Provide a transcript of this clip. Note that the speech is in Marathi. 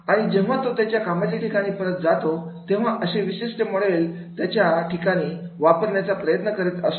आणि जेव्हा तो त्याच्या कामाच्या ठिकाणी परत जातो तेव्हा असे विशिष्ट मॉडेल त्या ठिकाणी वापरण्याचा प्रयत्न करीत असतो